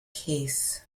case